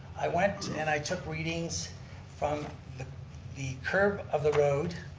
i went and i took readings from the the curb of the road.